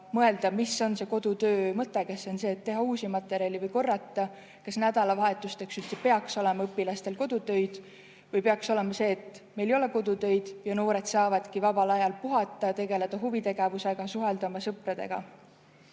mis on kodutöö mõte: kas on see, et [õppida] uut materjali või korrata, kas nädalavahetuseks üldse peaks olema õpilastel kodutöid või peaks olema nii, et neil ei ole kodutöid ja noored saavadki vabal ajal puhata, tegeleda huvitegevusega, suhelda oma sõpradega.